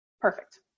perfect